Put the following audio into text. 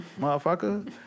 motherfucker